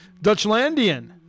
Dutchlandian